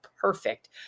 perfect